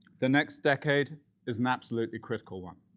the next decade is an absolutely critical one.